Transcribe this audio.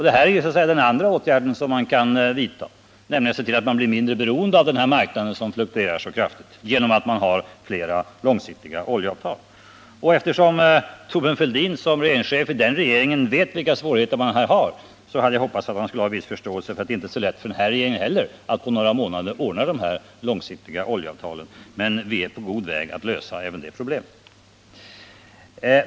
Det här är den andra åtgärden som man kan vidta, nämligen att göra sig mindre beroende av denna marknad, som fluktuerar så kraftigt, genom att se till att man har flera långsiktiga oljeavtal. Eftersom Thorbjörn Fälldin, efter att ha varit regeringschef i den regeringen, vet vilka svårigheter som här föreligger, hade jag hoppats att han skulle ha viss förståelse ör att det inte heller är så lätt för denna regering att på några månader ordna dessa långsiktiga oljeavtal. Men vi är på väg att lösa även det problemet.